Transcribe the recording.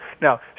now